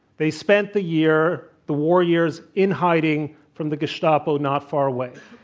they spent the year, the war years in hiding from the gestapo not far away.